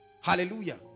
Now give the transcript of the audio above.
Hallelujah